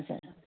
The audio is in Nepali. हजुर